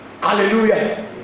Hallelujah